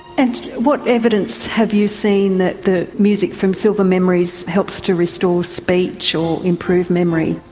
and what evidence have you seen that the music from silver memories helps to restore speech or improve memory?